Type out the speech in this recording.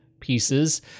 pieces